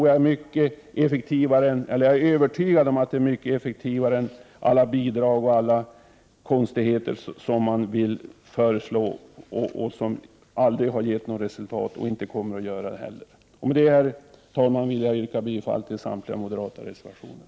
Jag är övertygad om att det är mycket effektivare än alla bidrag och andra konstigheter som föreslås, vilka aldrig har gett något resultat och inte kommer att göra det heller. Med detta, herr talman, vill jag yrka bifall till samtliga moderata reservationer.